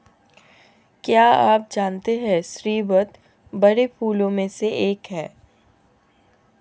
क्या आप जानते है स्रीवत बड़े फूलों में से एक है